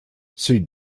see